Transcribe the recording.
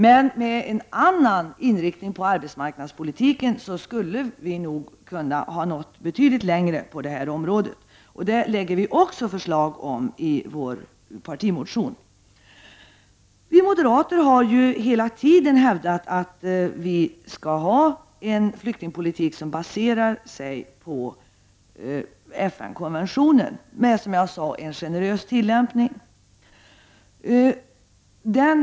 Men med en annan inriktning av arbetsmarknadspolitiken skulle vi nog kunnat nå betydligt längre på detta område. Detta lägger vi fram förslag om i vår partimotion. Vi moderater har ju hela tiden hävdat att vi i Sverige skall ha en flyktingpolitik som baseras på FN-konventionen, kombinerad med en generös tilllämpning av den.